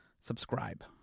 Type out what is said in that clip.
subscribe